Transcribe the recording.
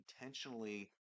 intentionally